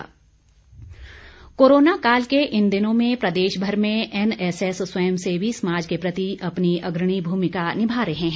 NSS corona काल के इन दिनों में प्रदेशभर में एनएसएस स्वयं सेवी समाज के प्रति अपनी अग्रणी भूमिका निभा रहे हैं